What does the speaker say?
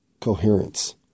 coherence